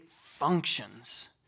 functions